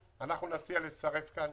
נציע לצרף כאן